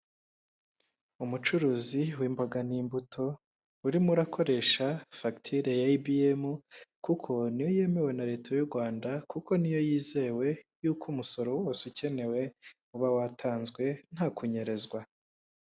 Umucuruzi w'imboga n'imbuto, urimo urakoresha fagitire ya EBM, kuko niyo yemewe na leta y'Urwanda ,kuko niyo yizewe y'uko umusoro wose ukenewe uba watanzwe nta kunyerezwa.